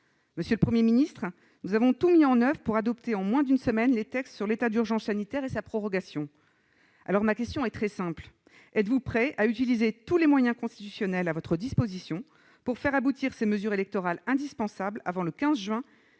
loi qui le garantira. Nous avons tout mis en oeuvre pour adopter en moins d'une semaine les textes sur l'état d'urgence sanitaire et sa prorogation. Le Gouvernement est-il prêt à utiliser tous les moyens constitutionnels à sa disposition pour faire aboutir ces mesures électorales indispensables avant le 15 juin,